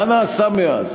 מה נעשה מאז?